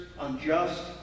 unjust